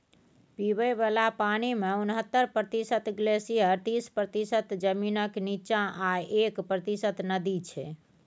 पीबय बला पानिमे उनहत्तर प्रतिशत ग्लेसियर तीस प्रतिशत जमीनक नीच्चाँ आ एक प्रतिशत नदी छै